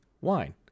Wine